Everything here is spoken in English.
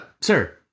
sir